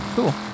Cool